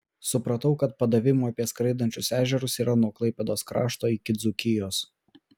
supratau kad padavimų apie skraidančius ežerus yra nuo klaipėdos krašto iki dzūkijos